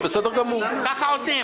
ככה עושים.